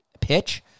pitch